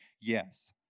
Yes